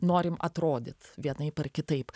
norim atrodyt vienaip ar kitaip